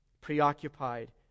preoccupied